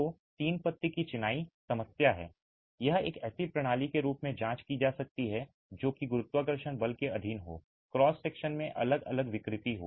तो तीन पत्ती की चिनाई समस्या है यह एक ऐसी प्रणाली के रूप में जांच की जा सकती है जो कि गुरुत्वाकर्षण बल के अधीन हो क्रॉस सेक्शन में अलग अलग विकृति हो